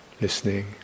listening